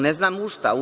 Ne znam u šta?